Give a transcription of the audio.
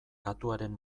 katuaren